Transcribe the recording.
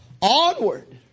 Onward